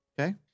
Okay